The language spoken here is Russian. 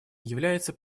является